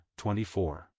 24